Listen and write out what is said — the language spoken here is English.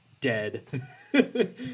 dead